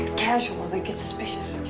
casual or they'll get suspicious.